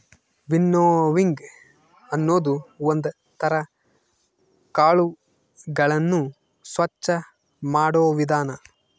winnowing ಅನ್ನೋದು ಒಂದ್ ತರ ಕಾಳುಗಳನ್ನು ಸ್ವಚ್ಚ ಮಾಡೋ ವಿಧಾನ